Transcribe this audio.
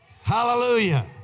hallelujah